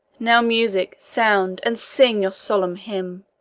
now, music, sound, and sing your solemn hymn.